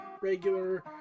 regular